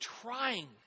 trying